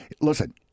listen